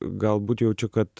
galbūt jaučiu kad